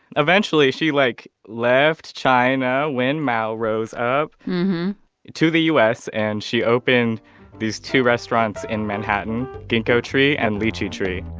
eventually, she, like, left china when mao rose up to the u s. and she opened these two restaurants in manhattan, gingko tree and lichee tree.